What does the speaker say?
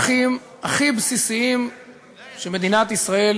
עוול לערכים הכי בסיסיים שמדינת ישראל